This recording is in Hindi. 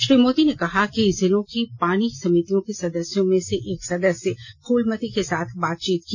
श्री मोदी ने जिलों की पानी समितियों के सदस्यों में से एक सदस्य फूलमती के साथ बातचीत की